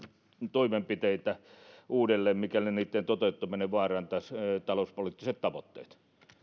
toimenpiteitä uudelleen mikäli niitten toteuttaminen vaarantaisi talouspoliittiset tavoitteet